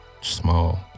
small